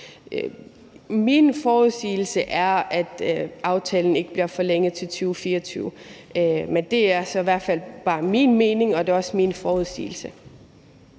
Min forudsigelse er, at aftalen ikke bliver forlænget til 2024, men det er så i hvert fald bare min mening – og det er også min forudsigelse.